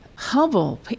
Hubble